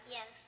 Yes